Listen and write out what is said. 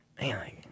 man